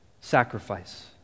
sacrifice